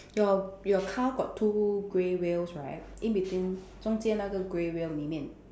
your your car got two grey wheels right in between 中间那个 grey wheel 里面